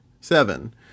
Seven